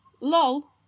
Lol